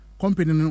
company